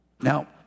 Now